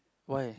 why